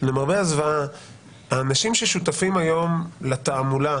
האנשים ששותפים היום לתעמולה